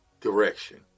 direction